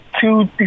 two